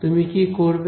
তুমি কি করবে